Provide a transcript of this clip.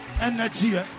Energy